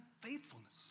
faithfulness